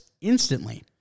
instantly